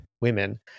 women